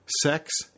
sex